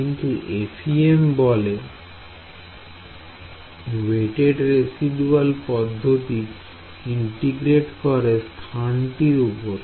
কিন্তু FEM বলে weighted residual পদ্ধতি ইন্টিগ্রেট করে স্থানটির উপরে